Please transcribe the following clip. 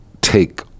take